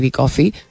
coffee